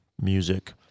music